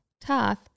Toth